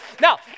Now